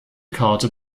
karte